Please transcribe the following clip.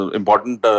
important